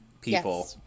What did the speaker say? people